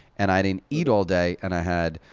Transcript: and i didn't eat all day, and i had